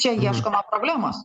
čia ieškoma problemos